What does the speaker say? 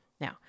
Now